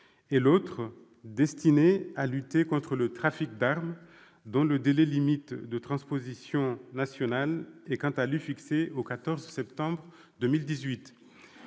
l'autre, destinée à lutter contre le trafic d'armes, dont le délai limite de transposition nationale est quant à lui fixé au 14 septembre 2018.